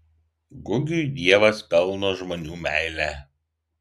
gugiui dievas pelno žmonių meilę